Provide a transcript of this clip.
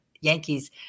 Yankees